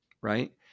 Right